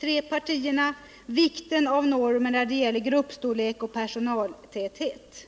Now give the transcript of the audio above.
tre partier vikten av normer när det gäller gruppstorlek och personaltäthet.